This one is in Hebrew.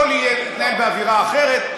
תכף מגרשים אותי מהדוכן.